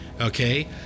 Okay